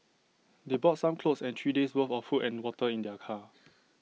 they brought some clothes and three days'worth of food and water in their car